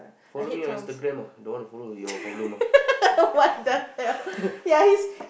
follow me on Instagram lah don't want to follow your problem lah